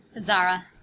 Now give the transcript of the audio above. Zara